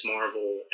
Marvel